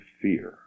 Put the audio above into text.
fear